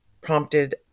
prompted